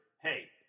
hey